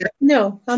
no